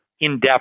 in-depth